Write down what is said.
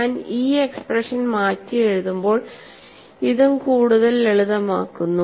ഞാൻ ഈ എക്സ്പ്രഷൻ മാറ്റിയെഴുതുമ്പോൾ ഇതും കൂടുതൽ ലളിതമാക്കുന്നു